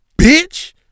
bitch